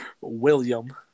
William